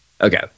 Okay